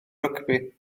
rygbi